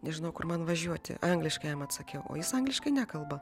nežinau kur man važiuoti angliškai jam atsakiau o jis angliškai nekalba